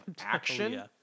action